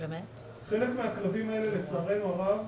חלק מהכלבים האלה לצערנו הרב,